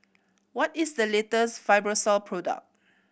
what is the latest Fibrosol product